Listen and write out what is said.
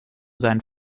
seit